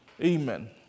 Amen